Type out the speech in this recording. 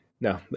no